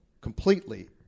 completely